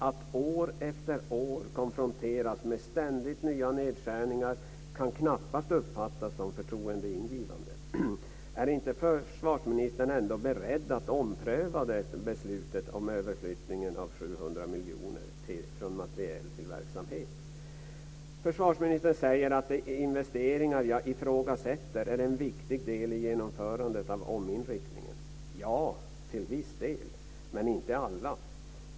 Att år efter år konfronteras med ständigt nya nedskärningar kan knappast uppfattas som förtroendeingivande. Är inte försvarsministern beredd att ompröva beslutet om överflyttningen av 700 miljoner från materiel till verksamhet? Försvarsministern säger att de investeringar jag ifrågasätter är en viktig del i genomförandet av ominriktningen. Ja, till viss del, men inte allt.